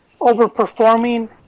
overperforming